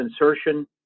insertion